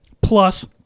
plus